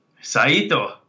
Saito